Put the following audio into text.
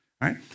right